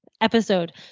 episode